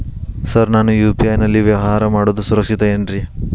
Sir ನಾನು UPI ನಲ್ಲಿ ವ್ಯವಹಾರ ಮಾಡೋದು ಸುರಕ್ಷಿತ ಏನ್ರಿ?